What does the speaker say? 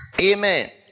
Amen